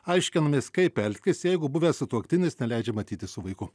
aiškinamės kaip elgtis jeigu buvęs sutuoktinis neleidžia matytis su vaiku